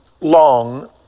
long